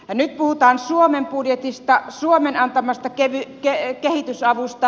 nyt puhutaan suomen budjetista suomen antamasta kehitysavusta